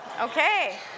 okay